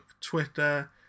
Twitter